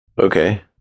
Okay